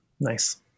Nice